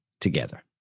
together